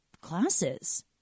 classes